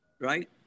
right